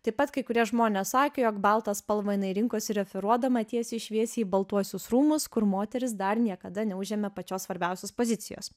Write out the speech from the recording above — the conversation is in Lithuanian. taip pat kai kurie žmonės sakė jog baltą spalvą jinai rinkosi referuodama tiesiai šviesiai į baltuosius rūmus kur moteris dar niekada neužėmė pačios svarbiausios pozicijos